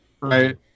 right